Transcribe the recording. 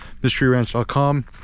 mysteryranch.com